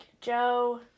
Joe